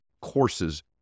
courses